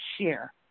share